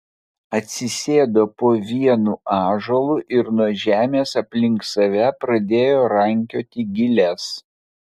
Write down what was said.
atsisėdo po vienu ąžuolu ir nuo žemės aplink save pradėjo rankioti giles